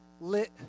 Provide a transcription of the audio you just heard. lit